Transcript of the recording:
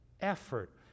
Effort